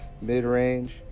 mid-range